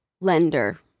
lender